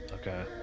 Okay